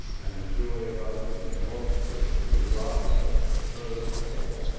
and the joy of others is monstrous as laughter heard in hell.